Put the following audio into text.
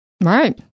Right